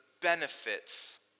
benefits